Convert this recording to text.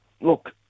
Look